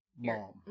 Mom